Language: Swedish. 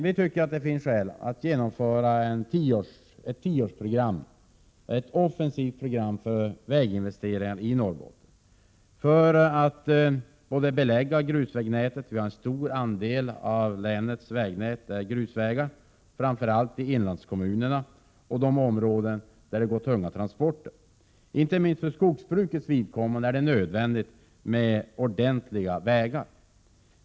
Vi tycker att det finns skäl att genomföra ett tioårsprogram, ett offensivt program för väginvesteringar, i Norrbotten, för att belägga grusvägnätet. Vi har en stor andel grusvägar, framförallt i inlandskommunerna och de områden där det går tunga transporter. Inte minst för skogsbruket är det nödvändigt med ordentliga vägar.